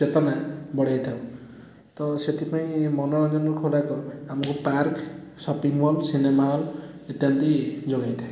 ଚେତନା ବଢ଼େଇଥାଉ ତ ସେଥିପାଇଁ ମନୋରଞ୍ଜନର ଖୋରାକ ଆମକୁ park shopping mall cinema hall ଇତ୍ୟାଦି ଯୋଗାଇଥାଏ